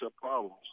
problems